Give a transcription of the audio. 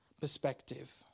perspective